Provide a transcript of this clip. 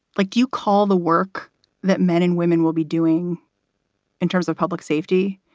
like you call the work that men and women will be doing in terms of public safety?